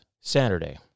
Saturday